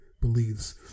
believes